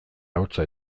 ahotsa